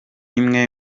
imwe